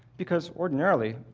because ordinarily,